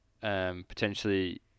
potentially